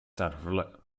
that